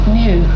new